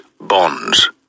bonds